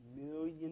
million